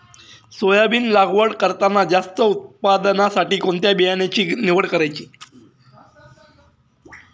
Soybean लागवड करताना जास्त उत्पादनासाठी कोणत्या बियाण्याची निवड करायची?